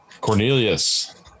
cornelius